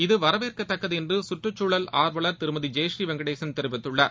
இது வரவேற்கத்தக்கது என்று சுற்றுக்சூழல் ஆர்வலர் திருமதி ஜெயபுநீ வெங்கடேசன் தெரிவித்துள்ளார்